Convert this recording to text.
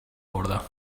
اوردم